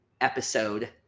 episode